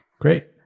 great